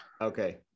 Okay